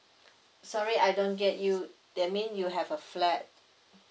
sorry I don't get you that mean you have a flat